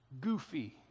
Goofy